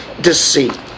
deceit